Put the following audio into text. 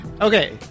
Okay